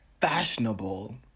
fashionable